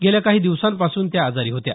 गेल्या काही दिवसांपासून त्या आजारी होत्या